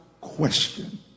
question